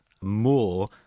more